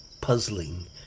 puzzling